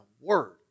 word